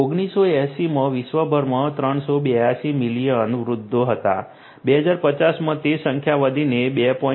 1980 માં વિશ્વભરમાં 382 મિલિયન વૃદ્ધો હતા 2050 માં તે સંખ્યા વધીને 2